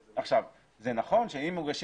זה נכון שאם מוגשים